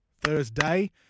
Thursday